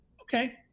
Okay